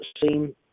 seen